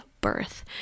birth